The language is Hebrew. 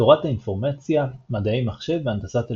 תורת האינפורמציה, מדעי מחשב והנדסת אלקטרוניקה.